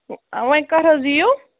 وَنہِ کَر حظ یِیِو